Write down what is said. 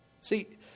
See